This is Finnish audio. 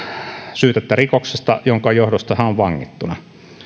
syytettä rikoksesta jonka johdosta hän on vangittuna